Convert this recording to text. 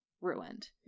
ruined